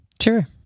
sure